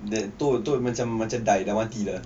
that toh toh macam macam die dah mati dah